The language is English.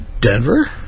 Denver